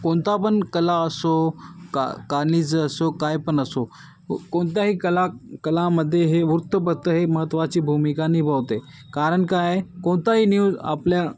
कोणता पण कला असो का कानीज असो काय पण असो कोणत्याही कला कलामध्ये हे वृत्तपत्र हे महत्त्वाची भूमिका निभवते कारण काय आहे कोणताही न्यूज आपल्या